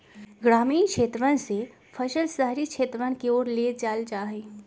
ग्रामीण क्षेत्रवन से फसल शहरी क्षेत्रवन के ओर ले जाल जाहई